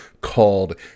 called